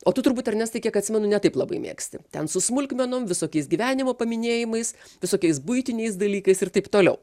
o tu turbūt ernestai kiek atsimenu ne taip labai mėgsti ten su smulkmenom visokiais gyvenimo paminėjimais visokiais buitiniais dalykais ir taip toliau